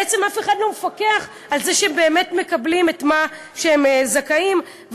בעצם אף אחד לא מפקח על זה שבאמת הם מקבלים את מה שהם זכאים לו.